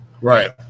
right